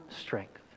strength